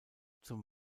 zum